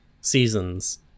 seasons